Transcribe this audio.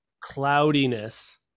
cloudiness